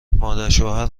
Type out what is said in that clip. مادرشوهر